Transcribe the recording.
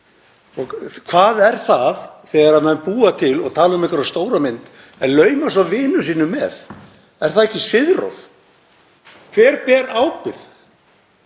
Hvað er það þegar menn búa til og tala um einhverja stóra mynd en lauma svo vinum sínum með? Er það ekki siðrof? Hver ber ábyrgð?